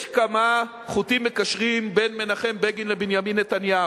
יש כמה חוטים מקשרים בין מנחם בגין לבנימין נתניהו.